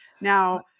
Now